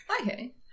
Okay